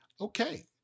okay